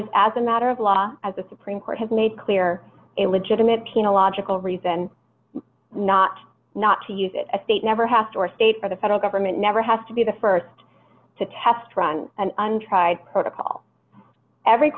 is as a matter of law as the supreme court has made clear illegitimate kena logical reason not not to use it a state never has to or state for the federal government never has to be the st to test run an untried protocol every